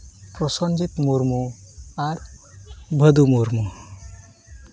ᱯᱨᱚᱥᱚᱱᱡᱤᱛ ᱢᱩᱨᱢᱩ ᱟᱨ ᱵᱷᱟᱹᱫᱩ ᱢᱩᱨᱢᱩ